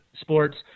sports